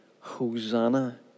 Hosanna